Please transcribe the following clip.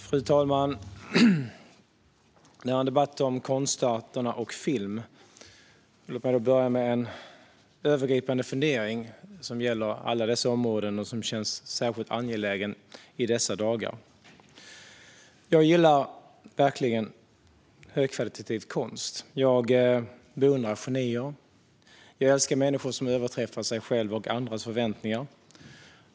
Fru talman! I denna debatt om konstarterna och film vill jag börja med en övergripande fundering som gäller alla dessa områden och som känns särskilt angelägen i dessa dagar. Jag gillar verkligen högkvalitativ konst. Jag beundrar genier. Jag älskar människor som överträffar sig själva och andras förväntningar.